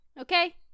Okay